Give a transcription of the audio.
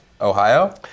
Ohio